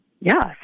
yes